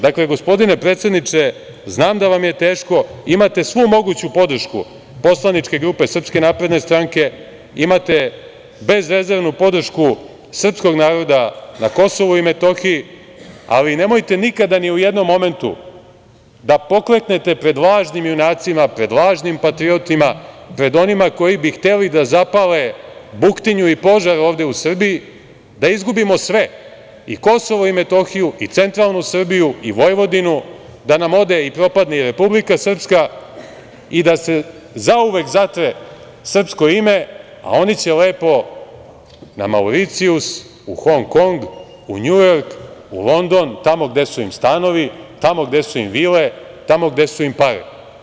Dakle, gospodine predsedniče, znam da vam je teško, imate svu moguću podršku poslaničke grupe SNS, imate bezrezervnu podršku srpskog naroda na Kosovu i Metohiji, ali nemojte nikada ni u jednom momentu da pokleknete pred lažnim junacima, pred lažnim patriotama, pred onima koji bi hteli da zapale buktinju i požar ovde u Srbiji da izgubimo sve, i Kosovo i Metohiju i centralnu Srbiji i Vojvodinu, da nam ode i propadne i Republika Srpska i da se zauvek zatre srpsko ime, a oni će lepo na Mauricijus, u Hongkong, u Njujork, u London, tamo gde su im stanovi, tamo gde su im vile, tamo gde su im pare.